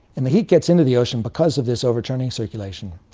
and the heat gets into the ocean because of this overturning circulation.